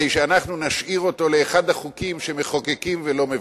שנשאיר אותו לאחד החוקים שמחוקקים ולא מבצעים.